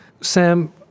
Sam